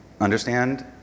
understand